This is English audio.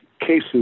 cases